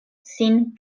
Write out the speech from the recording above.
sin